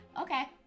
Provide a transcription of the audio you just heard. okay